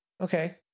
Okay